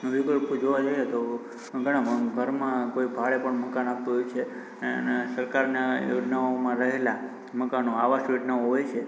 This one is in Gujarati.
વિકલ્પો જોવા જઇએ તો ઘણાં ઘરમાં કોઈ ભાડે પણ મકાન આપતું હોય છે અને સરકારનાં યોજનાઓમાં રહેલાં મકાનો આવાસ યોજનાઓ હોય છે